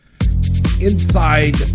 inside